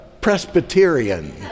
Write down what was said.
Presbyterian